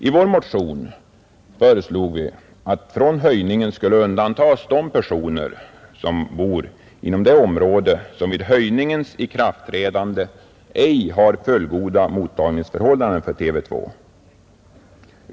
I vår motion föreslog vi att från höjningen skulle undantagas personer boende inom område, som vid höjningens ikraftträdande ej har fullgoda mottagningsförhållanden för TV 2.